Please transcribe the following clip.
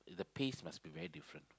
the paste must be very different